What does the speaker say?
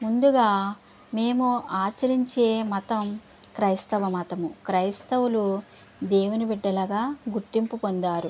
ముందుగా మేము ఆచరించే మతం క్రైస్తవ మతం క్రైస్తవులు దేవుని బిడ్డలగా గుర్తింపు పొందారు